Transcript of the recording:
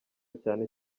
cyane